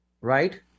Right